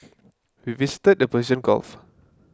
we visited the Persian Gulf